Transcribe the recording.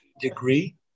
degree